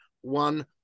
one